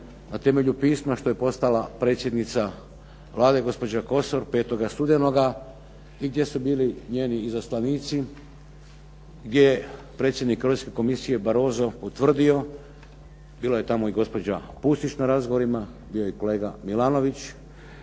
na temelju pisma što je poslala predsjednica Vlade gospođa Kosor 5. studenoga i gdje su bili njeni izaslanici, gdje je predsjednik Europske Komisije Barroso utvrdio, bila je tamo i gospođa Pusić na razgovorima, bio je i kolega Milanović